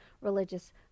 religious